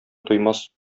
туймас